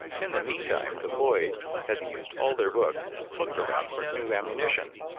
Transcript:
in the meantime, the boys, having used all their books, looked around for new ammunition.